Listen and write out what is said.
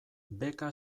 beka